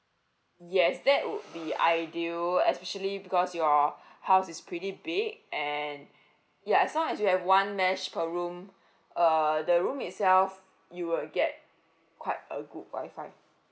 yes that would be ideal especially because your house is pretty big and ya as long as you have one mesh per room uh the room itself you will get quite a good wi-fi